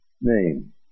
name